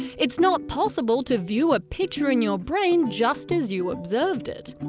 it's not possible to view a picture in your brain just as you observed it.